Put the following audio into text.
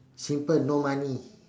simple no money